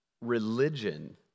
Religion